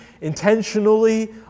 intentionally